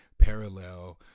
parallel